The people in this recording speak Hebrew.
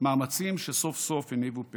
מאמצים שסוף-סוף הניבו פרי.